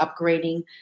upgrading